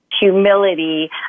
humility